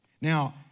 Now